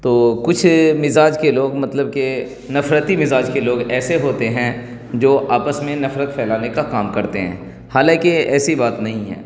تو کچھ مزاج کے لوگ مطلب کہ نفرتی مزاج کے لوگ ایسے ہوتے ہیں جو آپس میں نفرت پھیلانے کا کام کرتے ہیں حالانکہ ایسی بات نہیں ہے